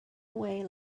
away